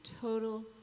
total